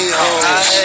hoes